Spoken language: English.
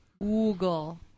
Google